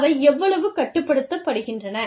அவை எவ்வளவு கட்டுப்படுத்துகின்றன